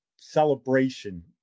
celebration